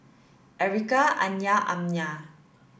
Ericka Anya and Amya